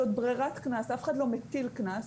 זאת ברירת קנס ואף אחד לא מטיל קנס.